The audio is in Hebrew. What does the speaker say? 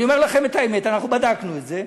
אני אומר לכם את האמת, אנחנו בדקנו את זה,